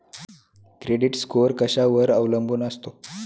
Credit score कशावर अवलंबून असतो?